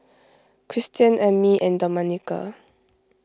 Christian Ammie and Domenica